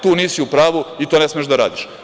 Tu nisi u pravu i to ne smeš da radiš.